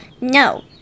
No